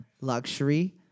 Luxury